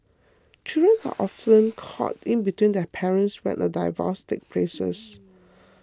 children are often caught in between their parents when a divorce takes place